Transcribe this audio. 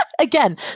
again